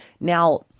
Now